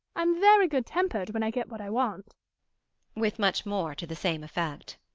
i'm very good-tempered when i get what i want with much more to the same effect.